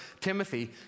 Timothy